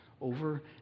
over